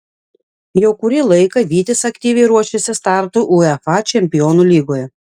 jau kurį laiką vytis aktyviai ruošiasi startui uefa čempionų lygoje